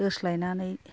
दोस्लायनानै